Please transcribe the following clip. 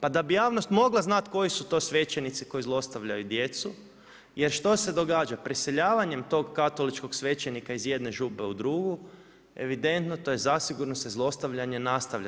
Pa da bi javnost mogla znati koji su to svećenici koji zlostavljaju djecu jer što se događa, preseljavanjem tog katoličkog svećenika iz jedne župe u drugu, evidentno to je zasigurno se zlostavljanje nastavlja.